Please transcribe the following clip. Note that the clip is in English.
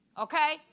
okay